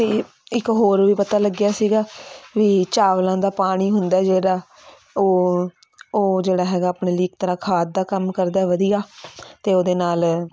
ਅਤੇ ਇੱਕ ਹੋਰ ਵੀ ਪਤਾ ਲੱਗਿਆ ਸੀਗਾ ਵੀ ਚਾਵਲਾਂ ਦਾ ਪਾਣੀ ਹੁੰਦਾ ਜਿਹੜਾ ਉਹ ਉਹ ਜਿਹੜਾ ਹੈਗਾ ਆਪਣੇ ਲਈ ਇੱਕ ਤਰ੍ਹਾਂ ਖਾਦ ਦਾ ਕੰਮ ਕਰਦਾ ਵਧੀਆ ਅਤੇ ਉਹਦੇ ਨਾਲ